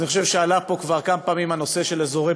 אז אני חושב שעלה פה כבר כמה פעמים הנושא של אזורי